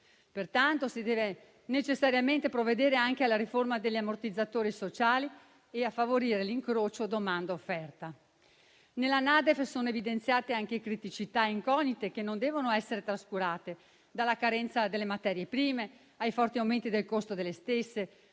Pertanto, si deve necessariamente provvedere anche alla riforma degli ammortizzatori sociali e a favorire l'incrocio tra domanda e offerta. Nella NADEF sono evidenziate anche criticità e incognite che non devono essere trascurate, dalla carenza delle materie prime ai forti aumenti del costo delle stesse,